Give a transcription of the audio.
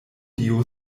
dio